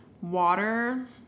water